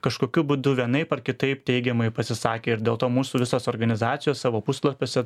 kažkokiu būdu vienaip ar kitaip teigiamai pasisakė ir dėl to mūsų visos organizacijos savo puslapiuose